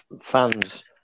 fans